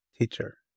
teacher